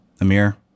Amir